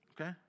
Okay